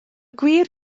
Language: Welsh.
gwir